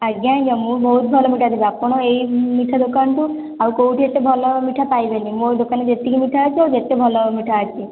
ଆଜ୍ଞା ଆଜ୍ଞା ମୁଁ ବହୁତ ଭଲ ମିଠା ଦେବି ଆପଣ ଏ ମିଠା ଦୋକାନଠୁ ଆଉ କେଉଁଠି ଏତେ ଭଲ ମିଠା ପାଇବେନି ମୋ ଦୋକାନ ରେ ଯେତିକି ମିଠା ଅଛି ଆଉ ଯେତେ ଭଲ ମିଠା ଅଛି